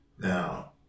Now